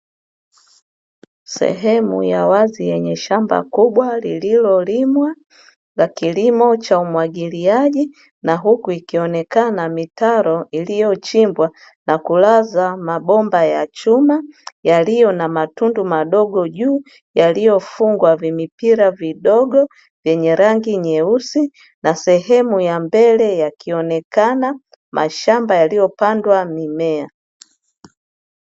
Sehemu ya wazi, yenye shamba kubwa lililolimwa la kilimo cha umwagiliaji, na huku ikionekana mitaro iliyochimbwa na kulazwa mabomba ya chuma yaliyo na matundu madogo juu, yaliyofungwa na vimipira vidogo vyenye rangi nyeusi; sehemu ya mbele yakionekana mashamba yaliyopandwa mimea.